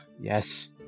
Yes